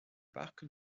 parc